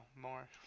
more